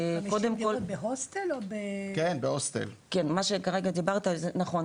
מה שכרגע דיברת זה נכון,